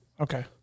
Okay